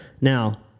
now